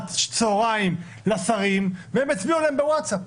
בשעת צהריים לשרים והם הצביעו עליהם בווטסאפ.